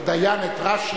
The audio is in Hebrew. פעם שאל דיין את רשיש: